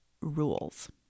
rules